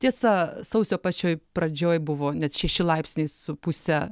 tiesa sausio pačioj pradžioj buvo net šeši laipsniai su puse